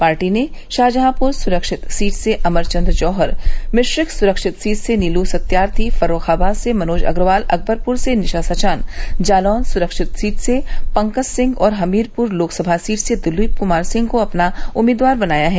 party ने शाहजहांपुर सुरक्षित seat से अमर चन्द्र जौहर मिश्रिख सुरक्षित सीट से नीलू सत्यार्थी फर्रुखाबाद से मनोज अग्रवाल अकबरपुर से निशा सचान जालौन सुरक्षित सीट से पंकज सिंह और हमीरपुर लोकसभा सीट से दिलीप कुमार सिंह को अपना उम्मीदवार बनाया है